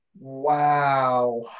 Wow